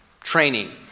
training